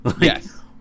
Yes